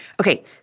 Okay